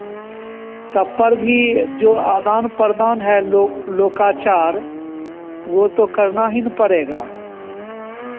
तब पर भी जो आदान प्रदान है लोक लोकाचार वह तो करना ही न पड़ेगा